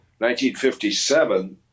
1957